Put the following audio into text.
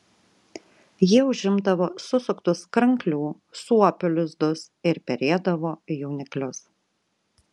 jie užimdavo susuktus kranklių suopių lizdus ir perėdavo jauniklius